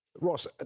Ross